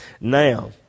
Now